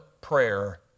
prayer